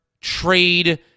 trade